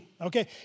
okay